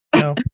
No